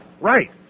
right